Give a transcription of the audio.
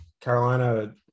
Carolina